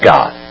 God